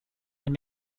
and